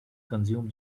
consume